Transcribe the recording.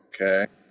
Okay